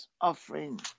offering